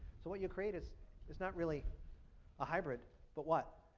so what you create is is not really a hybrid but what?